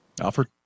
alfred